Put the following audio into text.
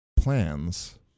plans